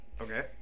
Okay